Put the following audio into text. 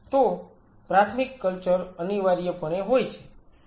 તો પ્રાથમિક કલ્ચર અનિવાર્યપણે હોય છે